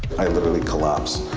i literally collapsed.